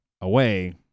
away